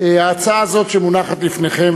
ההצעה הזאת שמונחת לפניכם,